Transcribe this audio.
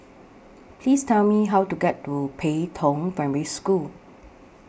Please Tell Me How to get to Pei Tong Primary School